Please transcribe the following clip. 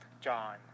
John